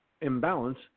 imbalance